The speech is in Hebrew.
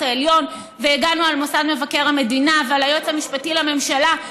העליון והגנו על מוסד מבקר המדינה ועל היועץ המשפטי לממשלה,